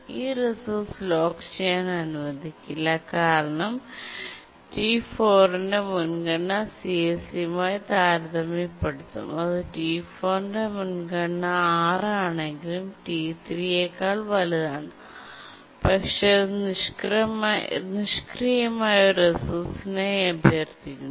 ഈ resource lock ചെയ്യാൻ അനുവദിക്കില്ല കാരണം T4 ന്റെ മുൻഗണന CSCയുമായി താരതമ്യപ്പെടുത്തും അത് T4 ന്റെ മുൻഗണന 6 ആണെങ്കിലും T3 നെക്കാൾ വലുതാണ് പക്ഷേ അത് നിഷ്ക്രിയമായ ഒരു റിസോഴ്സിനായി അഭ്യർത്ഥിക്കുന്നു